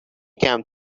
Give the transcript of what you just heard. camp